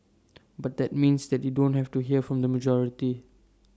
but that means that you don't hear from the majority